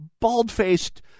bald-faced